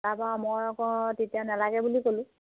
তাৰ পৰা মই আকৌ তেতিয়া নেলাগে বুলি ক'লোঁ